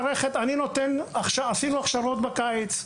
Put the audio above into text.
עשינו הכשרות בקיץ.